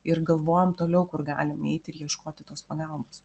ir galvojam toliau kur galim eiti ir ieškoti tos pagalbos